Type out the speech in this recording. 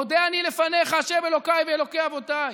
מודה אני לפניך, ה' אלוקיי ואלוקי אבותיי,